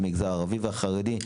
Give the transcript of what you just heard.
המגזר הערבי והחרדי,